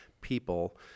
people